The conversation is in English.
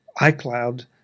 iCloud